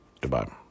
goodbye